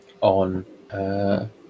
on